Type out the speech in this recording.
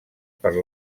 per